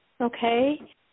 okay